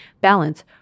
balance